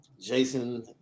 Jason